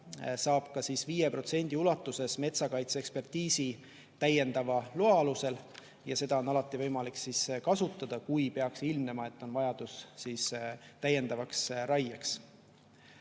saab 5% ulatuses metsakaitseekspertiisi täiendava loa alusel ja seda on alati võimalik kasutada, kui peaks ilmnema, et on vajadus täiendavaks raieks.